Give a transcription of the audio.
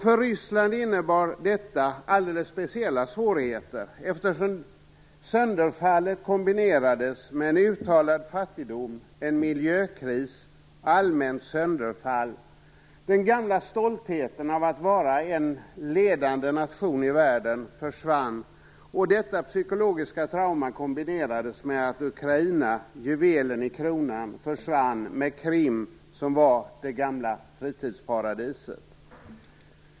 För Ryssland innebar detta alldeles speciella svårigheter eftersom sönderfallet kombinerades med en uttalad fattigdom, en miljökris och allmänt sönderfall. Den gamla stoltheten över att vara en ledande nation i världen försvann. Detta psykologiska trauma kombinerades med att Ukraina, juvelen i kronan, försvann med Krim, som var det gamla fritidsparadiset.